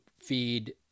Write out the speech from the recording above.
feed